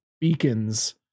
beacons